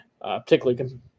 particularly